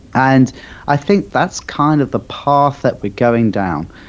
and i think that's kind of the path that we're going down.